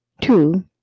Two